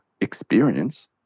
experience